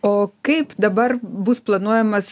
o kaip dabar bus planuojamas